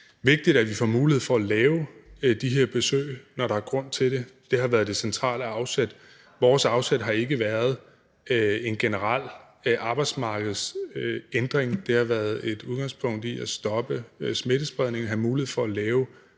vigtigt, at vi får mulighed for at lave de her besøg, når der er grund til det. Det har været det centrale afsæt. Vores afsæt har ikke været en generel arbejdsmarkedsændring. Det har været med udgangspunkt i at stoppe smittespredningen og have mulighed for at lave